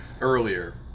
earlier